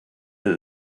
that